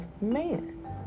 man